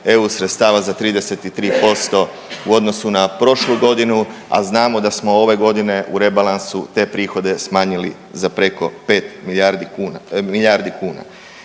eu sredstava za 33% u odnosu na prošlu godinu, a znamo da smo ove godine u rebalansu te prihode smanjili za preko 5 milijardi kuna.